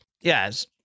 Yes